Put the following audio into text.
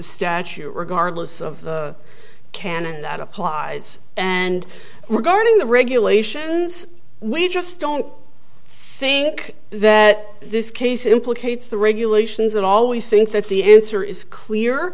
statue regardless of canon that applies and were guarding the regulations we just don't think that this case implicates the regulations that always think that the answer is clear